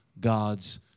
God's